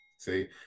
see